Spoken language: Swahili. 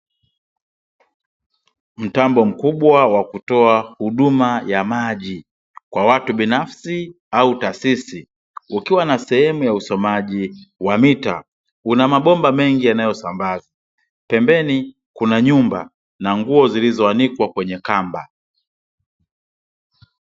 Mtambo mkubwa wa kutoa huduma ya maji, kwa watu binafsi au taasisi ukiwa na sehemu ya usomaji wa mita. Una mabomba mengi yanayosambaza. Pembeni kuna nyumba na nguo zilizoanikwa kwenye kamba.